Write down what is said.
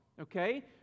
okay